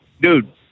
Dude